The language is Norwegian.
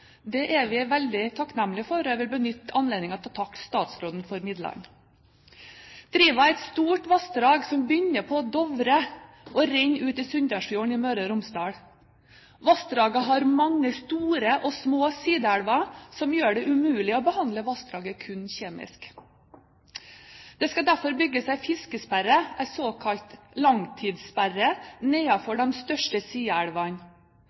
Det er vi veldig takknemlig for, og jeg vil benytte anledningen til å takke statsråden for midlene. Driva er et stort vassdrag som begynner på Dovre, og renner ut i Sunndalsfjorden i Møre og Romsdal. Vassdraget har mange store og små sideelver som gjør det umulig å behandle vassdraget kun kjemisk. Det skal derfor bygges en fiskesperre, en såkalt langtidssperre,